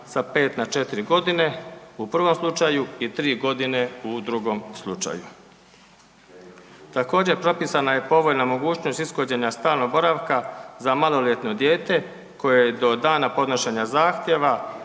na četiri godine u prvom slučaju i tri godine u drugom slučaju. Također propisana je povoljna mogućnost ishođenja stalnog boravka za maloljetno dijete koje do dana podnošenja zahtjeva